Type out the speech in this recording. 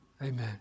Amen